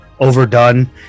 overdone